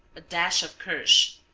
a dash of kirsch,